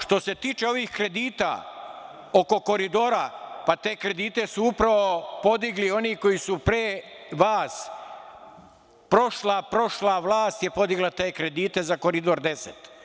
Što se tiče ovih kredita oko koridora, te kredite su upravo podigli oni koji su pre vas, prošla vlast, prošla vlast je podigla te kredite za Koridor 10.